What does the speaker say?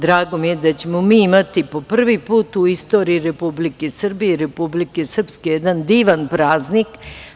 Drago mi je da ćemo mi imati po prvi put u istoriji Republike Srbije i Republike Srpske jedan divan praznik.